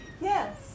Yes